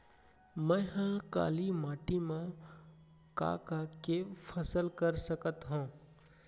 मै ह काली माटी मा का का के फसल कर सकत हव?